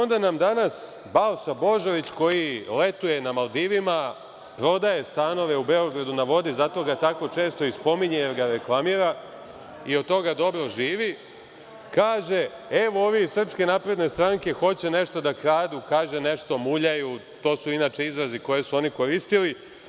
I onda nam danas Balša Božović, koji letuje na Maldivima, prodaje stanove u „Beogradu na vodi“, zato ga tako često i spominje, jer ga reklamira i od toga dobro živi, kaže – evo, ovi iz SNS hoće nešto da kradu, kaže nešto muljaju, to su inače izrazi koje su oni koristili.